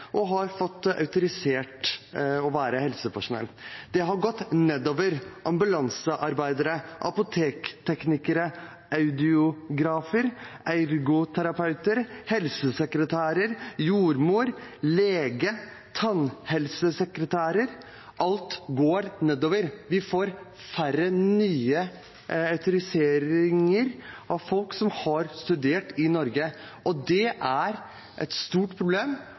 og fått autorisasjon som helsepersonell. Det har gått nedover – når det gjelder ambulansearbeidere, apotekteknikere, audiografer, ergoterapeuter, helsesekretærer, jordmødre, leger, tannhelsesekretærer. Alt går nedover. Vi får færre nye autoriserte folk som har studert i Norge, og det er et stort problem.